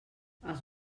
els